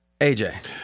AJ